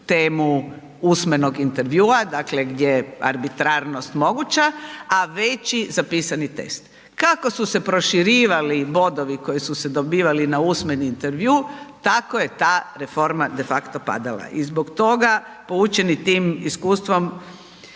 temu usmenog intervjua, dakle gdje je arbitrarnost moguća, a veći za pisani test. Kako su se proširivali bodovi koji su se dobili na usmeni intervju tako je ta reforma de facto padala i zbog toga poučeni tim iskustvom